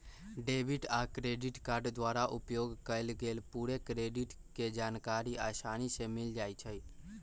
debit आ credit card द्वारा उपयोग कएल गेल पूरे क्रेडिट के जानकारी असानी से मिल जाइ छइ